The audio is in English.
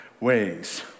ways